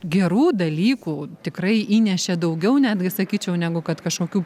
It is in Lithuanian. gerų dalykų tikrai įnešė daugiau netgi sakyčiau negu kad kažkokių